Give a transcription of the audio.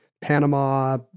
Panama